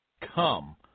Come